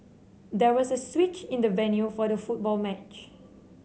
there was a switch in the venue for the football match